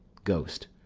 ghost.